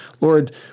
Lord